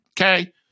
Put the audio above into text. okay